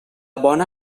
bona